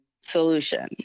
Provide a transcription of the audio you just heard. solution